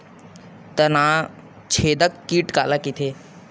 तनाछेदक कीट काला कइथे?